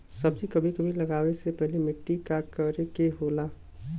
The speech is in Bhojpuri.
सब्जी कभी लगाओ से पहले मिट्टी के का करे के होखे ला?